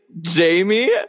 Jamie